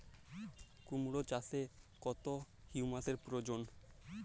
কুড়মো চাষে কত হিউমাসের প্রয়োজন?